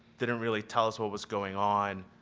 didn't really tell us what was going on,